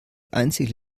einzige